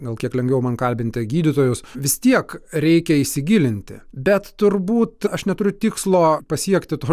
gal kiek lengviau man kalbinti gydytojus vis tiek reikia įsigilinti bet turbūt aš neturiu tikslo pasiekti to